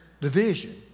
division